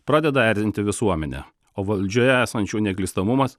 pradeda erzinti visuomenę o valdžioje esančių neklystamumas